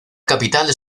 capital